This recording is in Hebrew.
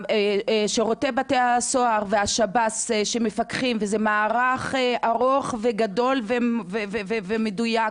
שירותי בתי הסוהר ואלה שמפקחים זה מערך גדול ומדויק,